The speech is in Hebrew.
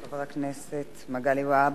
תודה לחבר הכנסת מגלי והבה.